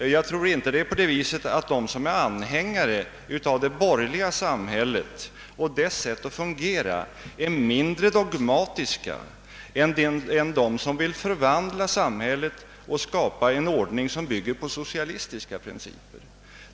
Jag tror inte att de som är anhängare av det borgerliga samhället och dess sätt att fungera är mindre dogmatiska än de som vill förvandla samhället och skapa en ordning som bygger på socialistiska principer.